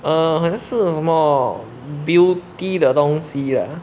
err 很像是什么 beauty 的东西啦:de dong xi lah